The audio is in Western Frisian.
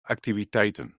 aktiviteiten